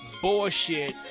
bullshit